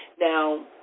Now